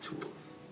tools